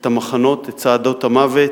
את המחנות, את צעדות המוות,